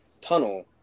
tunnel